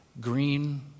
green